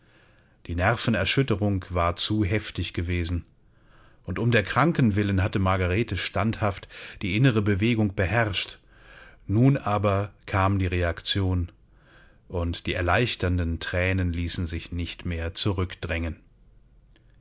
die nervenerschütterung war zu heftig gewesen und um der kranken willen hatte margarete standhaft die innere bewegung beherrscht nun aber kam die reaktion und die erleichternden thränen ließen sich nicht mehr zurückdrängen